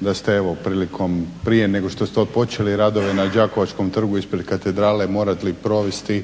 da ste evo prilikom, prije nego što ste otpočeli radove na đakovačkom trgu ispred katedrale morali provesti